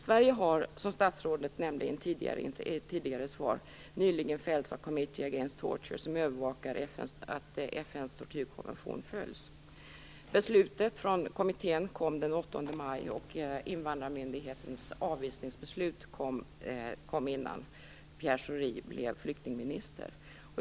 Sverige har, som statsrådet nämnde i ett tidigare svar, nyligen fällts av Committee against Torture, som övervakar att FN:s tortyrkonvention följs. Beslutet från kommittén kom den 8 maj, och invandrarmyndigheternas avvisningsbeslut kom innan Pierre Schori blev flyktingminister.